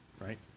right